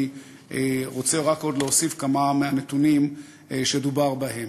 אני רק רוצה להוסיף עוד כמה מהנתונים שדובר בהם.